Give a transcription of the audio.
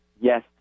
Yes